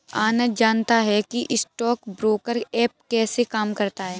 आनंद जानता है कि स्टॉक ब्रोकर ऐप कैसे काम करता है?